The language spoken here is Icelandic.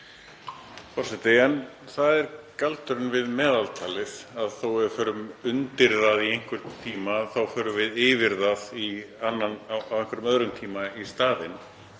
Það er galdurinn við meðaltalið að þótt við förum undir það í einhvern tíma þá förum við yfir það á einhverjum öðrum tíma í staðinn.